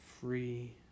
...free